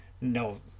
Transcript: no